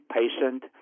patient